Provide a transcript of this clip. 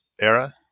era